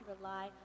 rely